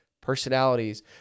personalities